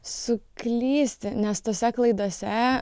suklysti nes tose klaidose